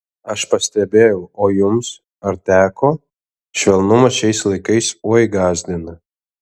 aš pastebėjau o jums ar teko švelnumas šiais laikais oi gąsdina